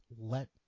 let